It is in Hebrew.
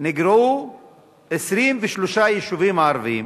נגרעו 23 יישובים ערביים